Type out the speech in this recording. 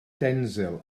denzil